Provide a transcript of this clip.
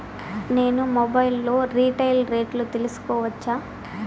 నేను మొబైల్ లో రీటైల్ రేట్లు తెలుసుకోవచ్చా?